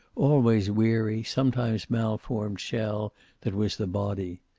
always weary, sometimes malformed shell that was the body.